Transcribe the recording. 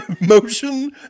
motion